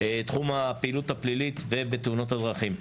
תחום הפעילות הפלילית ובתאונות הדרכים.